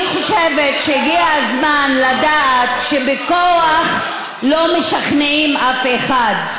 אני חושבת שהגיע הזמן לדעת שבכוח לא משכנעים אף אחד,